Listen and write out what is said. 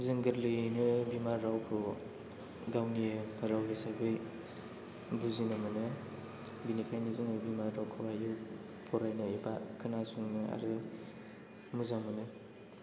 जों गोरलैयैनो बिमा रावखौ गावनि राव हिसाबै बुजिनो मोनो बेनिखायनो जोङो बिमा रावखौ रायज्लायनो फरायनो एबा खोनासंनो मोजां मोनो